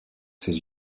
ses